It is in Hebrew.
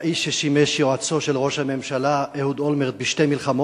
האיש ששימש יועצו של ראש הממשלה אהוד אולמרט בשתי מלחמות.